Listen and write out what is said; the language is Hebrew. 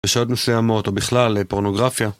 בשעות מסויימות ובכלל בפונוגרפיה